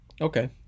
Okay